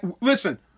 Listen